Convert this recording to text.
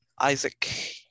Isaac